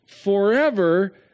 forever